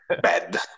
bad